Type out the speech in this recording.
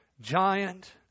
giant